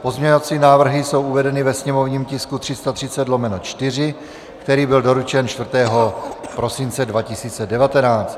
Pozměňovací návrhy jsou uvedeny ve sněmovním tisku 330/4, který byl doručen 4. prosince 2019.